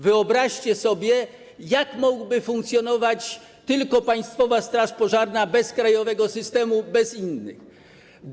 Wyobraźcie sobie, jak mogłaby funkcjonować sama Państwowa Straż Pożarna bez krajowego systemu, bez innych służb.